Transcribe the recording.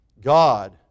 God